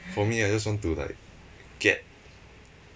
for me I just want to like get